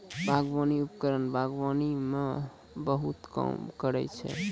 बागबानी उपकरण बागबानी म बहुत काम करै छै?